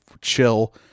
chill